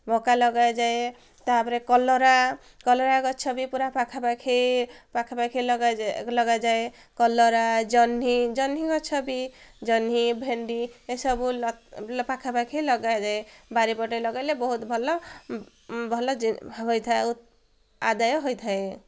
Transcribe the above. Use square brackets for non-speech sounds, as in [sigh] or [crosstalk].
ମକା ଲଗାଯାଏ ତା'ପରେ କଲରା କଲରା ଗଛ ବି ପୁରା ପାଖାପାଖି ପାଖାପାଖି ଲଗାଯାଏ କଲରା ଜହ୍ନି ଜହ୍ନି ଗଛ ବି ଜହ୍ନି ଭେଣ୍ଡି ଏସବୁ [unintelligible] ପାଖାପାଖି ଲଗାଯାଏ ବାରିପଟେ ଲଗାଇଲେ ବହୁତ ଭଲ [unintelligible] ଭଲ [unintelligible] ହୋଇଥାଏ ଆଦାୟ ହୋଇଥାଏ